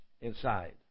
inside